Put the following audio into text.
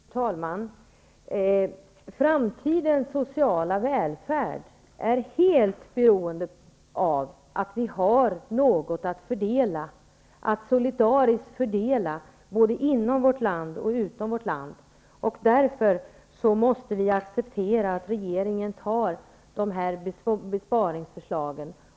Fru talman! Framtidens sociala välfärd är helt beroende av att vi har något att solidariskt fördela både i och utanför landet. Därför måste vi acceptera regeringens sparförslag.